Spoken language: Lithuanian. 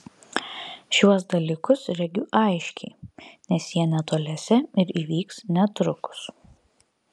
šiuos dalykus regiu aiškiai nes jie netoliese ir įvyks netrukus